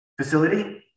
facility